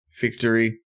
Victory